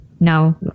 Now